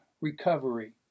recovery